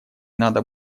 надо